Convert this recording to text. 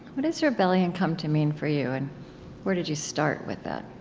what has rebellion come to mean for you, and where did you start with that?